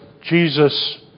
Jesus